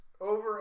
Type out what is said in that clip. Over